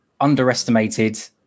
underestimated